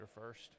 first